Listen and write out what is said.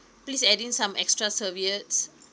please add in some extra serviettes